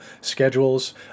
schedules